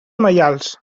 maials